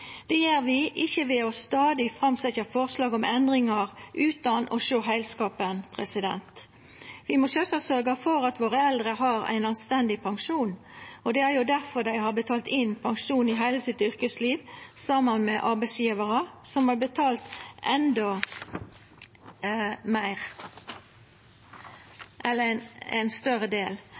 Det gjer vi ikkje ved stadig å setja fram forslag om endringar utan å sjå heilskapen. Vi må sjølvsagt sørgja for at våre eldre har ein anstendig pensjon. Det er jo difor dei har betalt inn pensjon i heile yrkeslivet sitt, saman med arbeidsgjevarane, som har betalt ein endå